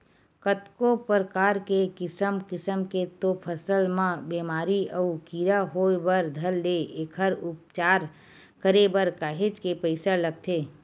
कतको परकार के किसम किसम के तो फसल म बेमारी अउ कीरा होय बर धर ले एखर उपचार करे बर काहेच के पइसा लगथे